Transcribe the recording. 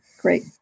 Great